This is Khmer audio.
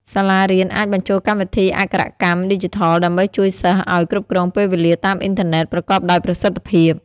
សាលារៀនអាចបញ្ចូលកម្មវិធីអក្ខរកម្មឌីជីថល ដើម្បីជួយសិស្សឱ្យគ្រប់គ្រងពេលវេលាតាមអ៊ីនធឺណិតប្រកបដោយប្រសិទ្ធភាព។